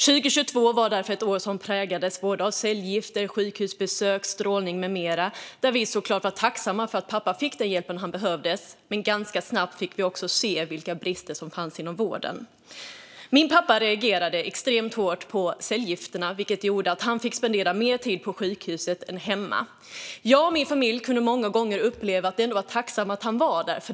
2022 var därför ett år som präglades av cellgifter, sjukhusbesök, strålning med mera. Vi var såklart tacksamma för att pappa fick den hjälp som behövdes. Men ganska snabbt fick vi också se vilka brister som fanns inom vården. Min pappa reagerade extremt hårt på cellgifterna. Det gjorde att han fick spendera mer tid på sjukhuset än hemma. Jag och min familj kunde många gånger uppleva att vi ändå var tacksamma att han var där.